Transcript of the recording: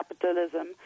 capitalism